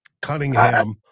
Cunningham